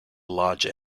large